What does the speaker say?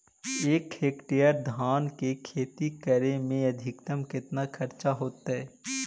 एक हेक्टेयर धान के खेती करे में अधिकतम केतना खर्चा होतइ?